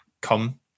come